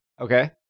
Okay